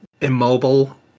immobile